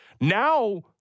Now